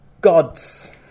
God's